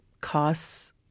costs